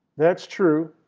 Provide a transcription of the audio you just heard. that's true.